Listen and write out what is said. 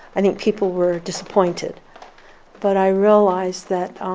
i think people were disappointed but i realized that um,